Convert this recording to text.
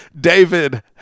David